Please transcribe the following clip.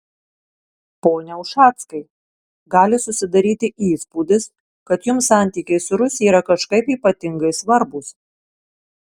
pone ušackai gali susidaryti įspūdis kad jums santykiai su rusija yra kažkaip ypatingai svarbūs